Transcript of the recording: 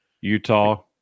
Utah